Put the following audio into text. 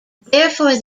therefore